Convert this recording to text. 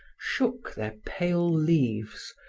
shook their pale leaves,